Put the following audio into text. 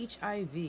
HIV